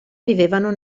vivevano